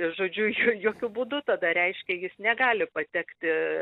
žodžiu jokiu būdu tada reiškia jis negali patekti